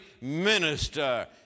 minister